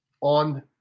on